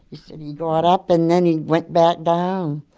said he got up and then he went back down.